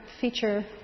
feature